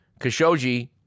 Khashoggi